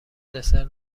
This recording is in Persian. دسر